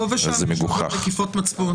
פה ושם יש לו נקיפות מצפון.